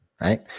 right